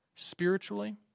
Spiritually